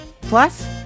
Plus